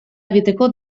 egiteko